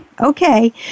okay